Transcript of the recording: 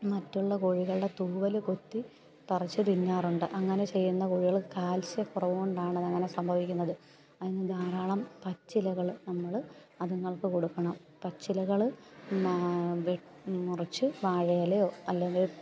മറ്റുള്ള കോഴികളുടെ തൂവൽ കൊത്തി പറിച്ച് തിന്നാറുണ്ട് അങ്ങനെ ചെയ്യുന്ന കോഴികൾ കാൽസ്യക്കുറവ് കൊണ്ടാണ് അത് അങ്ങനെ സംഭവിക്കുന്നത് അതിനു ധാരാളം പച്ചിലകൾ നമ്മൾ അത്ങ്ങൾക്ക് കൊടുക്കണം പച്ചിലകൾ വെ മുറിച്ച് വാഴയിലയോ അല്ലെങ്കിൽ